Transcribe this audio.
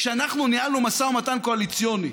כשאנחנו ניהלנו משא ומתן קואליציוני,